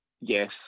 Yes